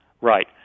Right